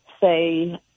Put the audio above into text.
say